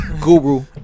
Guru